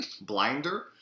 Blinder